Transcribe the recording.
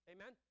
Amen